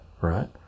right